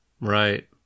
Right